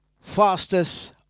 Fastest